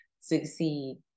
succeed